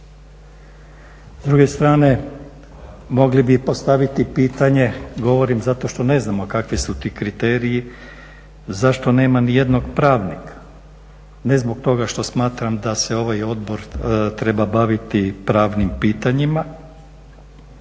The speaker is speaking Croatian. S druge strane, mogli bi postaviti pitanje, govorim zato što ne znamo kakvi su ti kriteriji, zašto nema ni jednog pravnika. Ne zbog toga što smatram da se ovaj odbor treba baviti pravnim pitanjima,